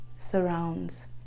surrounds